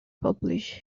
published